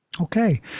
Okay